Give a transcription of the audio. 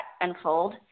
unfold